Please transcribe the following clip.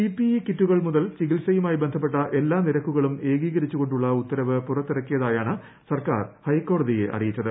PPE കിറ്റുകൾ മുതൽ ചികിത്സയുമായി ബന്ധപ്പെട്ട എല്ലാ നിരക്കുകളും ഏകീകരിച്ചുകൊണ്ടുള്ള ഉത്തരവ് പുറത്തിറക്കിയ തായാണ് സർക്കാർ ഹൈക്കോടതിയെ അറിയിച്ചത്